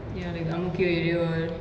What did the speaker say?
ya like ang mo kio area all